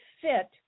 fit